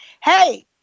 Hey